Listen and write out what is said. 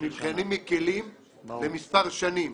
למבחנים מקלים למספר שנים.